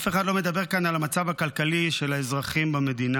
אף אחד לא מדבר כאן על המצב הכלכלי של האזרחים במדינה,